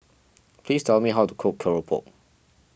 please tell me how to cook Keropok